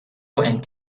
and